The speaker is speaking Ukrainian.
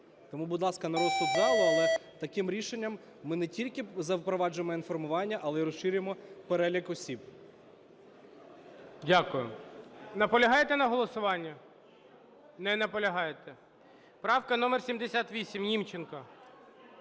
Тому, будь ласка, на розсуд залу, але таким рішенням ми не тільки запроваджуємо інформування, але й розширюємо перелік осіб. ГОЛОВУЮЧИЙ. Дякую. Наполягаєте на голосуванні? Не наполягаєте. Правка номер 78, Німченко.